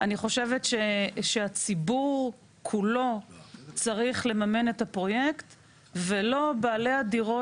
אני חושבת שהציבור כולו צריך לממן את הפרויקט ולא בעלי הדירות